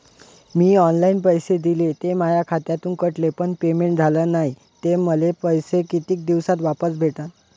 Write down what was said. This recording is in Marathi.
मीन ऑनलाईन पैसे दिले, ते माया खात्यातून कटले, पण पेमेंट झाल नायं, ते पैसे मले कितीक दिवसात वापस भेटन?